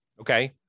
Okay